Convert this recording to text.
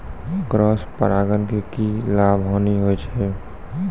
Cross परागण के की लाभ, हानि होय छै?